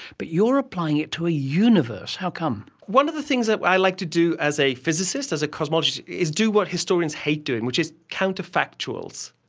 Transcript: but you are applying it to a universe. how come? one of the things that i like to do as a physicist, as a cosmologist, is do what historians hate doing, which is counterfactuals.